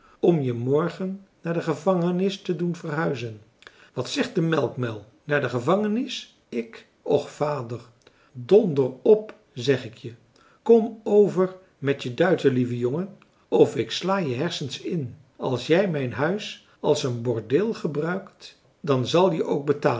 om je morgen naar de gevangenis te doen verhuizen wat zegt de melkmuil naar de gevangenis ik och vader donder op zeg ik je kom over met je duiten lieve jongen of ik sla je de hersens in als jij mijn huis als een bordeel gebruikt dan zal je ook betalen